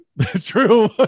True